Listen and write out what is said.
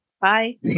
bye